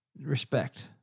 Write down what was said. respect